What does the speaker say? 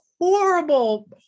horrible